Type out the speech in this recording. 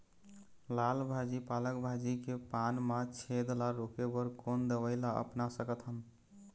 लाल भाजी पालक भाजी के पान मा छेद ला रोके बर कोन दवई ला अपना सकथन?